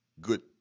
good